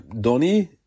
Donnie